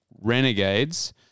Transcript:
Renegades